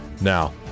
now